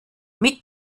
mit